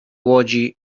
łodzi